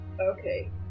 Okay